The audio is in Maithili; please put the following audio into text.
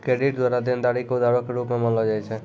क्रेडिट द्वारा देनदारी के उधारो रूप मे मानलो जाय छै